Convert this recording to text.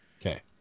okay